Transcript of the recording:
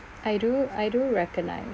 I do I do recognise